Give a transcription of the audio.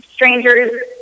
Strangers